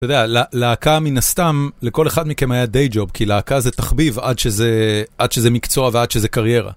אתה יודע, להקה מן הסתם, לכל אחד מכם היה דיי ג'וב, כי להקה זה תחביב עד שזה מקצוע ועד שזה קריירה.